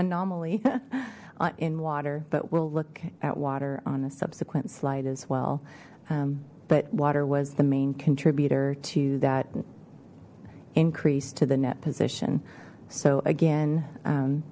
anomaly in water but we'll look at water on a subsequent slide as well but water was the main contributor to that increase to the net position so again